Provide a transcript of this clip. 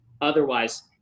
Otherwise